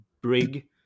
brig